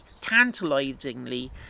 tantalizingly